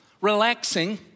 relaxing